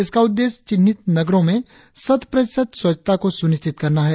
इसका उद्देश्य चिन्हित नगरो में शत प्रतिशत स्वच्छता को सुनिश्चित करना है